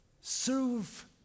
serve